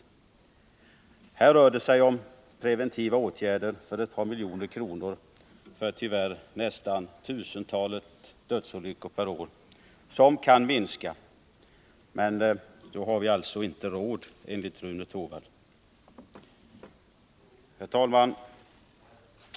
I det ärende vi nu behandlar rör det sig om preventiva åtgärder för ett par miljoner kronor. De tyvärr nästan 1000 dödsolyckorna om året kan minskas till antalet genom sådana åtgärder, men vi har alltså enligt Rune Torwald inte råd att vidta de åtgärderna. Herr talman!